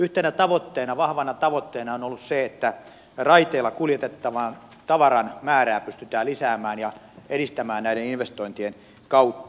yhtenä vahvana tavoitteena on ollut se että raiteilla kuljetettavan tavaran määrää pystytään lisäämään ja edistämään näiden investointien kautta